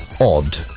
odd